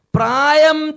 Prayam